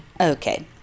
Okay